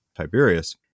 Tiberius